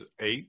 eight